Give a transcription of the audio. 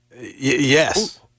Yes